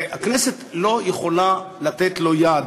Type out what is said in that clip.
והכנסת לא יכולה לתת לו יד.